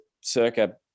circa